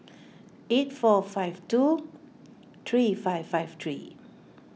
eight four five two three five five three